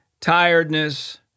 tiredness